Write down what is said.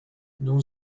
non